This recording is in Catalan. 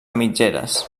mitgeres